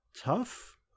tough